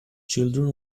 children